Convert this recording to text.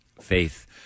faith